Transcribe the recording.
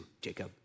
Jacob